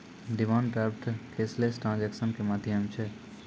demand draft cashless transaction के माध्यम छै